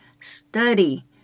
study